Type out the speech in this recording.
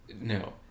No